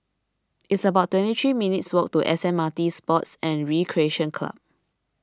it's about twenty three minutes' walk to S M R T Sports and Recreation Club